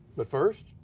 but, first,